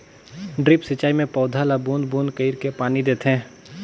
drip सिंचई मे पउधा ल बूंद बूंद कईर के पानी देथे